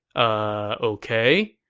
ah ok.